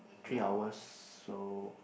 three hours so